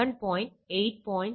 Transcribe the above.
8